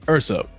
Ursa